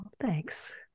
thanks